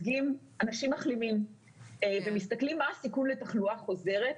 מייצגים אנשים מחלימים ומסתכלים על מה הסיכון לתחלואה חוזרת,